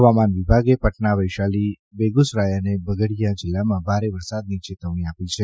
હવામાન વિભાગે પટના વૈશાલી બેગુસરાય અને બગડીયા જિલ્લામાં ભારે વરસાદની ચેતવણી આપી છે